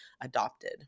adopted